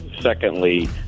secondly